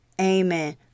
Amen